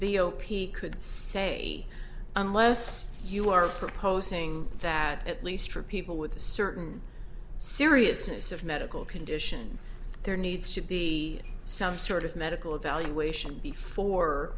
p could say unless you are proposing that at least for people with a certain seriousness of medical condition there needs to be sound sort of medical evaluation before